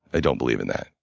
i don't believe in that.